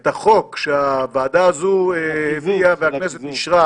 את החוק שהוועדה הזו הציעה והכנסת אישרה